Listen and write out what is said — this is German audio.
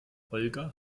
holger